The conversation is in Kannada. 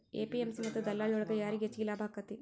ಎ.ಪಿ.ಎಂ.ಸಿ ಮತ್ತ ದಲ್ಲಾಳಿ ಒಳಗ ಯಾರಿಗ್ ಹೆಚ್ಚಿಗೆ ಲಾಭ ಆಕೆತ್ತಿ?